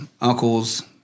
uncles